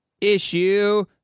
issue